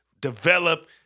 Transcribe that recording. develop